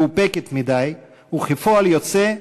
מאופקת מדי, וכפועל יוצא,